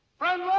bread,